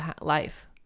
life